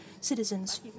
citizens